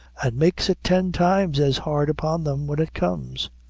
and makes it tin times as hard upon them, when it comes.